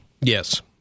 Yes